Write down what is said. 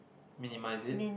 minimize it